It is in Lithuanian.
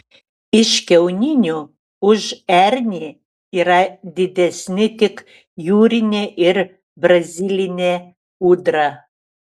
iš kiauninių už ernį yra didesni tik jūrinė ir brazilinė ūdra